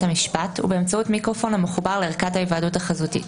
המשפט ובאמצעות מיקרופון המחובר לערכת ההיוועדות החזותית;